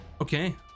okay